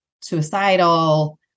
suicidal